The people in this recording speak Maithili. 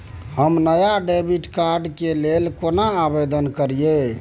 हम नया डेबिट कार्ड के लेल केना आवेदन करियै?